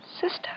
Sister